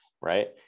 right